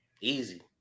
Easy